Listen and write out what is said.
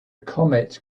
comet